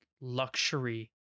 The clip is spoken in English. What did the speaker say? luxury